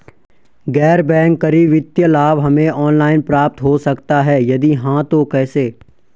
गैर बैंक करी वित्तीय लाभ हमें ऑनलाइन प्राप्त हो सकता है यदि हाँ तो कैसे?